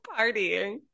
partying